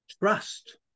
trust